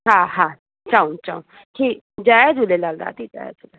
हा हा चऊं चऊं जी जय झूलेलाल दादी जय झूलेलाल